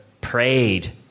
prayed